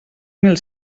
mil